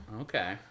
okay